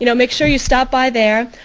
you know make sure you stop by there.